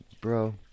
bro